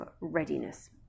readiness